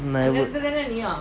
no~